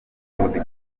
ngo